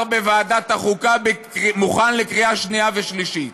בוועדת החוקה מוכן לקריאה שנייה ושלישית,